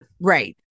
Right